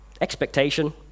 Expectation